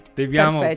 dobbiamo